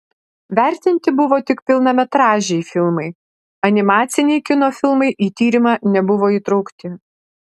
vertinti buvo tik pilnametražiai filmai animaciniai kino filmai į tyrimą nebuvo įtraukti